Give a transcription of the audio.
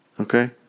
Okay